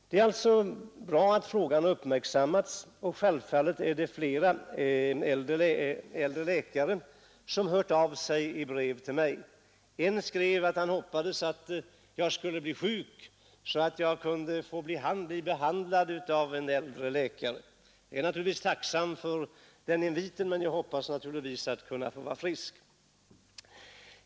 Det är bra att frågan uppmärksammats. Självfallet har flera äldre läkare hört av sig i brev till mig. En av dem skrev att han hoppades att jag skulle bli sjuk, så att jag kunde få bli behandlad av en äldre läkare. Jag är naturligtvis tacksam för den inviten, men jag hoppas att få vara frisk.